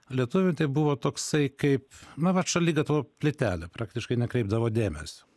lietuviui tai buvo toksai kaip na vat šaligatvio plytelė praktiškai nekreipdavo dėmes